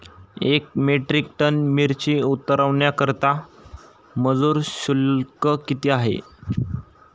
एक metric tonne मिरची उतरवण्याकरता मजुर शुल्क किती आहे?